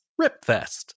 Ripfest